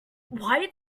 why